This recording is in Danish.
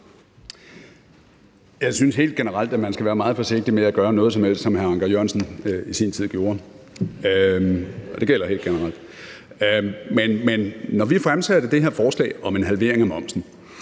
Jeg synes helt generelt, at man skal være meget forsigtig med at gøre noget som helst, som hr. Anker Jørgensen i sin tid gjorde. Og det gælder helt generelt. Når vi fremsatte det her forslag om en halvering af momsen,